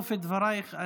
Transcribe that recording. בסוף דברייך,